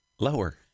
lower